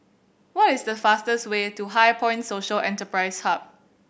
what is the fastest way to HighPoint Social Enterprise Hub